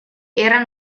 era